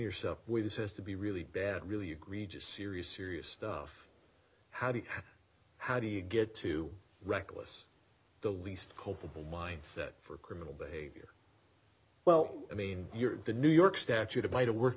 yourself with this has to be really bad really egregious serious serious stuff how do you how do you get to reckless the least culpable mindset for criminal behavior well i mean you're the new york statute of might have worked